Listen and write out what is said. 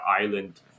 island